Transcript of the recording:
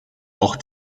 auch